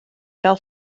fel